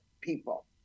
people